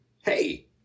Hey